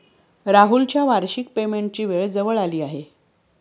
राहुलच्या वार्षिक पेमेंटची वेळ जवळ आली आहे